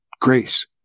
grace